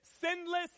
Sinless